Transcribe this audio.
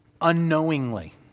unknowingly